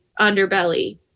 underbelly